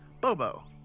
Bobo